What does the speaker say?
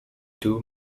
two